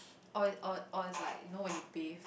or or or it's like you know when you bath